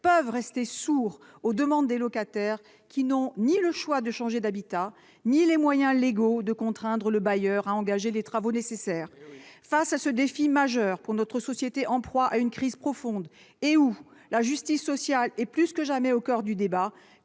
peuvent rester sourds aux demandes des locataires, qui n'ont ni le choix de changer d'habitat ni les moyens légaux de contraindre leur bailleur à engager les travaux nécessaires. Eh oui ! Face à ce défi majeur pour notre société, en proie à une crise profonde et dans laquelle la justice sociale est plus que jamais au coeur du débat,